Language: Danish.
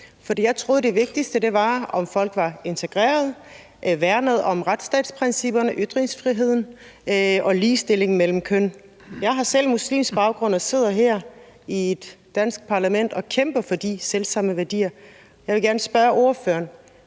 for jeg troede, at det vigtigste var, at folk var integrerede, værnede om retsstatsprincipperne, ytringsfriheden og ligestillingen mellem kønnene. Jeg har selv en muslimsk baggrund og sidder her i et dansk parlament og kæmper for de selv samme værdier. Jeg vil gerne spørge ordføreren: